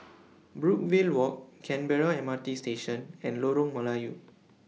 Brookvale Walk Canberra M R T Station and Lorong Melayu